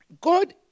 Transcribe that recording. God